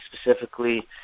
specifically